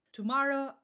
Tomorrow